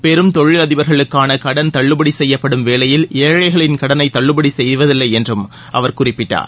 பெரும் தொழில் அதிபர்களுக்கான கடன் தள்ளுபடி செய்யப்படும் வேளையில் ஏழைகளின் கடனை தள்ளுபடி செய்வதில்லை என்றும் அவர் குறிப்பிட்டார்